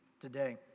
today